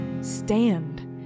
stand